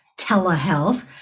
telehealth